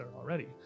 already